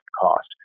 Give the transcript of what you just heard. cost